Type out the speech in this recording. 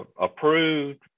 approved